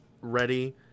ready